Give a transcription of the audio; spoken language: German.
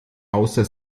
außer